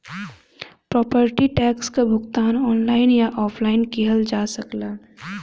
property tax क भुगतान online या ऑफलाइन किहल जा सकला